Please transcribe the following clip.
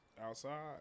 outside